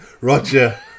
roger